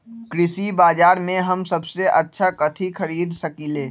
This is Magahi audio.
कृषि बाजर में हम सबसे अच्छा कथि खरीद सकींले?